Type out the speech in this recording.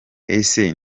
ese